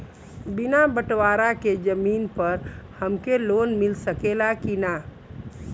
बिना बटवारा के जमीन पर हमके लोन मिल सकेला की ना?